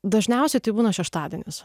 dažniausiai tai būna šeštadienis